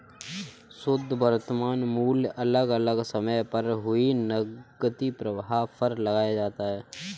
शुध्द वर्तमान मूल्य अलग अलग समय पर हुए नकदी प्रवाह पर लगाया जाता है